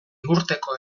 urteko